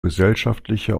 gesellschaftlicher